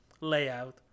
layout